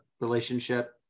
relationship